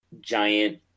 giant